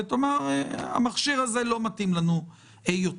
ותאמר שהמכשיר הזה לא מתאים לנו יותר.